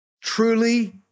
Truly